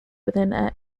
within